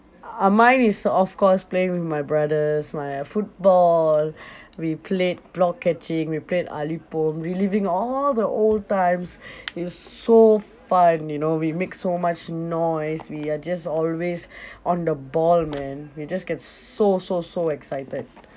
uh mine is of course playing with my brothers my football we played block catching we played ali pom reliving all the old times it's so fun you know we make so much noise we are just always on the ball man we just get so so so excited